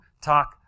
talk